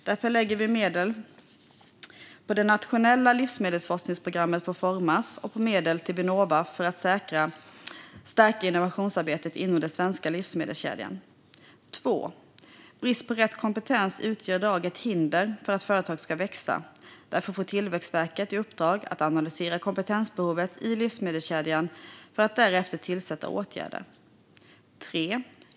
Därför lägger vi medel på det nationella livsmedelsforskningsprogrammet på Formas och medel på Vinnova för att stärka innovationsarbetet inom den svenska livsmedelskedjan. Brist på rätt kompetens utgör i dag ett hinder för att företagen ska växa. Därför får Tillväxtverket i uppdrag att analysera kompetensbehovet i livsmedelskedjan för att därefter tillsätta åtgärder.